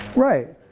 right,